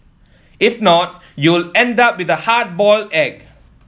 if not you'll end up with a hard boiled egg